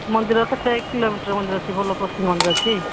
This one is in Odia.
ମନ୍ଦିରର କେତେ କିଲୋମିଟର ମନ୍ଦିର ଅଛି ଭଲ ପ୍ରସିଦ୍ଧ ମନ୍ଦିର ଅଛି